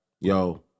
yo